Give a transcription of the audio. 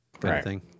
Right